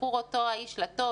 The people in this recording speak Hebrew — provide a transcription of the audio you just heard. "זכור אותו האיש לטוב,